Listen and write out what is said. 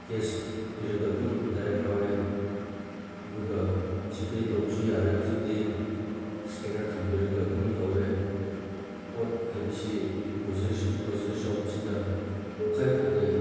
case ꯄꯤꯔꯒ ꯑꯗꯨꯝ direct ꯂꯧꯋꯦ ꯑꯗꯨꯒ ꯖꯤ ꯄꯦ ꯇꯧꯕꯁꯨ ꯌꯥꯔꯦ ꯍꯧꯖꯤꯛꯇꯤ ꯏꯁꯀꯦꯟꯅꯔ ꯊꯝꯕꯤꯔꯒ ꯑꯗꯨꯝ ꯇꯧꯋꯦ ꯄꯣꯠ ꯍꯥꯏꯕꯁꯤ ꯒ꯭ꯔꯣꯁꯔꯤ ꯁꯣꯞꯁꯤꯗ ꯃꯈꯩ ꯐꯪꯉꯦ